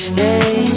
stay